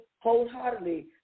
wholeheartedly